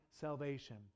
salvation